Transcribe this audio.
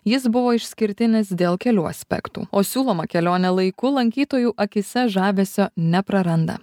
jis buvo išskirtinis dėl kelių aspektų o siūloma kelionė laiku lankytojų akyse žavesio nepraranda